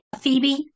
Phoebe